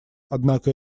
однако